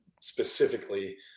specifically